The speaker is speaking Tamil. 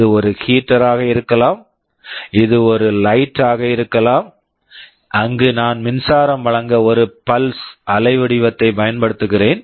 இது ஒரு ஹீட்டர் heater ஆக இருக்கலாம் இது லைட் light ஆக இருக்கலாம் அங்கு நான் மின்சாரம் வழங்க ஒரு பல்ஸ் pulse அலைவடிவத்தைப் பயன்படுத்துகிறேன்